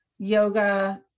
yoga